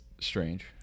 Strange